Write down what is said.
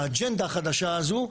באג'נדה החדשה הזו,